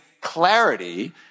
clarity